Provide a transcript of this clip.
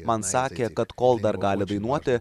man sakė kad kol dar gali dainuoti